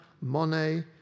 Monet